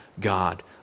God